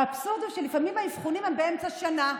האבסורד הוא שלפעמים האבחונים הם באמצע השנה,